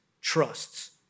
trusts